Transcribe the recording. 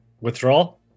Withdrawal